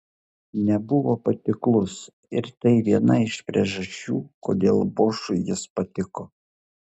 nebuvo patiklus ir tai viena iš priežasčių kodėl bošui jis patiko